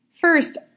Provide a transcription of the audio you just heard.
First